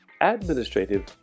administrative